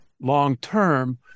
long-term